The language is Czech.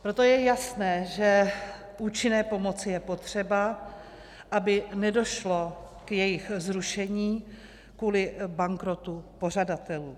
Proto je jasné, že účinné pomoci je potřeba, aby nedošlo k jejich zrušení kvůli bankrotu pořadatelů.